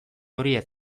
horiek